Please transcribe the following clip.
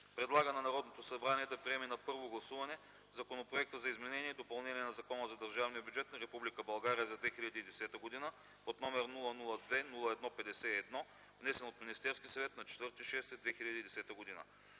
предлага на Народното събрание да приеме на първо гласуване Законопроекта за изменение и допълнение на Закона за държавния бюджет на Република България за 2010 г., № 002-01-51, внесен от Министерския съвет на 04.06.2010 г.